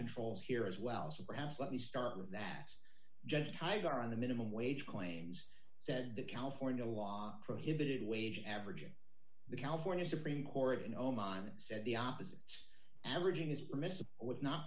controls here as well so perhaps let me start with that judge tiger on the minimum wage claims said that california law prohibited wage averaging the california supreme court in oman and said the opposite averaging is